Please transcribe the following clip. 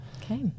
okay